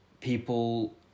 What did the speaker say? people